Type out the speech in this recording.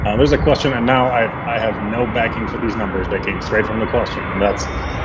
and there's a question, and now i have no backing for these numbers that came straight from the question, and that's,